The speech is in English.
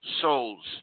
souls